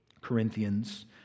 Corinthians